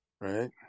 Right